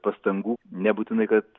pastangų nebūtinai kad